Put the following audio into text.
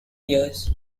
years